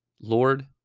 Lord